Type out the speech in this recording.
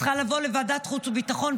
צריכה לבוא לוועדת החוץ והביטחון,